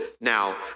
now